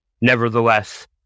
Nevertheless